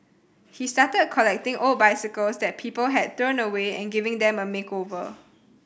he started collecting old bicycles that people had thrown away and giving them a makeover